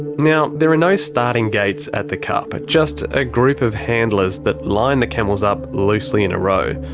now, there are no starting gates at the cup, just a group of handlers that line the camels up loosely in a row.